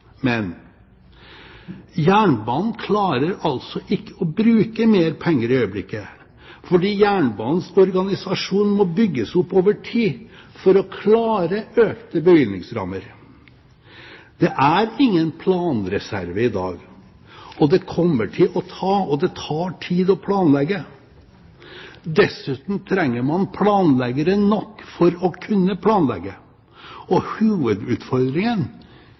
Men jernbanen klarer altså ikke å bruke mer penger i øyeblikket, fordi jernbanens organisasjon må bygges opp over tid for å klare økte bevilgningsrammer. Det er ingen planreserve i dag, og det kommer til å ta – og det tar – tid å planlegge. Dessuten trenger man planleggere nok for å kunne planlegge.